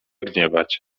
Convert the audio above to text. gniewać